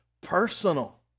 personal